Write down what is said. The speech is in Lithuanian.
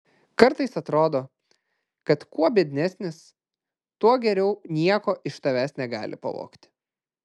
kartais atrodo kad kuo biednesnis tuo geriau nieko iš tavęs negali pavogti